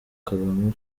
kagame